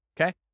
Okay